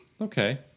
Okay